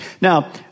Now